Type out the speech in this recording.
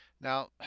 Now